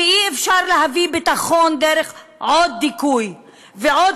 שאי-אפשר להביא ביטחון דרך עוד דיכוי ועוד